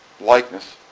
likeness